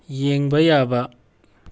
ꯌꯦꯡꯕ ꯌꯥꯕ